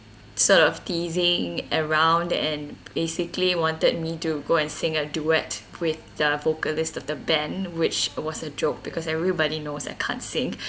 sort of teasing around and basically wanted me to go and sing a duet with the vocalist of the band which was a joke because everybody knows I can't sing